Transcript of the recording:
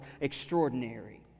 extraordinary